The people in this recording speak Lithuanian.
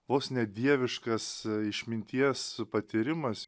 vos ne dieviškas išminties patyrimas